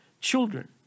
children